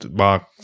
box